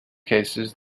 cases